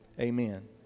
Amen